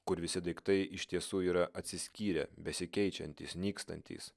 kur visi daiktai iš tiesų yra atsiskyrę besikeičiantys nykstantys